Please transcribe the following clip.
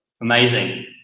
Amazing